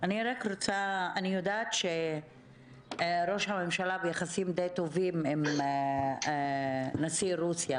אני יודעת שראש הממשלה ביחסים די טובים עם נשיא רוסיה.